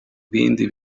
bindi